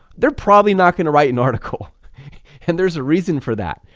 they're probably not going to write an article and there's a reason for that.